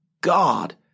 God